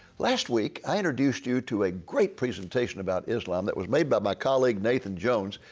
last week, i introduced you to a great presentation about islam that was made by my colleague, nathan jones,